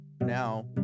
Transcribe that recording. now